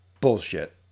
bullshit